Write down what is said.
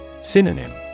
Synonym